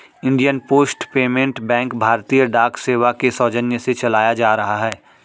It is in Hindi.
इंडियन पोस्ट पेमेंट बैंक भारतीय डाक सेवा के सौजन्य से चलाया जा रहा है